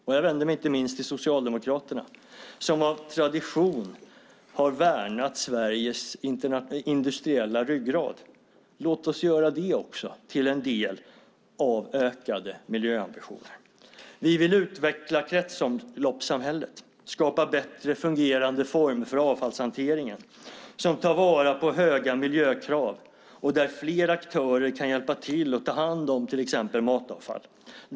Här vänder jag mig inte minst till Socialdemokraterna som av tradition har värnat Sveriges industriella ryggrad. Låt oss göra det till en del av de ökade miljöambitionerna. Vi vill utveckla kretsloppssamhället och skapa bättre fungerande former för avfallshanteringen som ställer höga miljökrav och där flera aktörer kan hjälpa till att ta hand om till exempel matavfall.